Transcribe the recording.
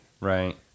right